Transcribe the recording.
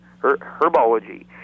herbology